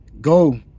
Go